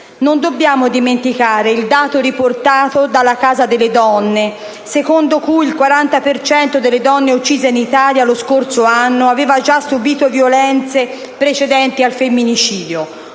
Non dobbiamo dimenticare il dato riportato dalla «Casa delle donne», secondo cui il 40 per cento delle donne uccise in Italia lo scorso anno aveva già subìto violenze precedenti al femminicidio.